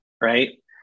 right